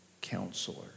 counselor